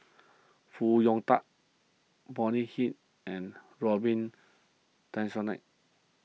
Foo Hong Tatt Bonny Hicks and Robin Tessensohn